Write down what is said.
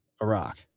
Iraq